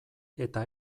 eta